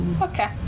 Okay